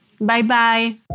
Bye-bye